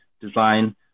design